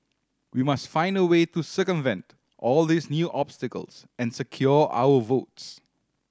we must find a way to circumvent all these new obstacles and secure our votes